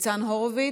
ניצן הורוביץ,